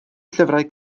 llyfrau